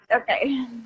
okay